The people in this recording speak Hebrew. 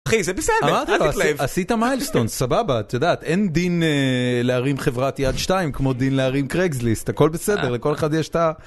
אחי זה בסדר, אל תתלהב. עשית מיילסטון, סבבה, את יודעת... אין דין להרים חברת יד שתיים כמו דין להרים קרייגסליסט הכל בסדר לכל אחד יש את ה...